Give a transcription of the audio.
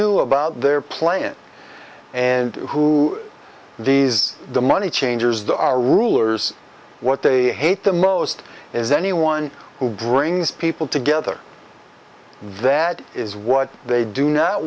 new about their plan and who does the money changers the our rulers what they hate the most is anyone who brings people together that is what they do no